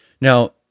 Now